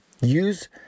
Use